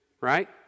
right